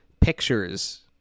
pictures